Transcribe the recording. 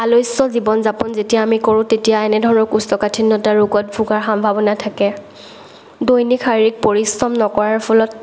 আলস্য জীৱন যাপন যেতিয়া আমি কৰো তেতিয়া এনে ধৰণৰ কৌষ্ঠকাঠিন্যতা ৰোগত ভোগাৰ সাম্ভাৱনা থাকে দৈনিক শাৰীৰিক পৰিশ্ৰম নকৰাৰ ফলত